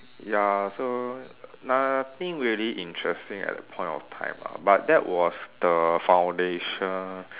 ya so nothing really interesting at that point of time lah but that was the foundation